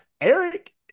Eric